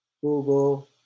Google